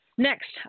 Next